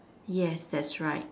yes that's right